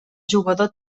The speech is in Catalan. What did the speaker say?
jugador